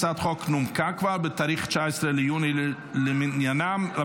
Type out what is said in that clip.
הצעת החוק נומקה כבר ב-19 ביוני 2024 למניינם.